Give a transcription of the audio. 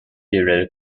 earlier